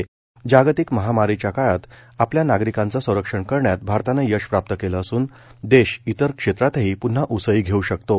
प्रढ बोलतांना ते म्हणाले की जागतिक महामारीच्या काळात आपल्या नागरीकांचं संरक्षण करण्यात भारतानं यश प्राप्त केलं असून देश इतर क्षेत्रातही पुन्हा उसळी घेऊ शकतो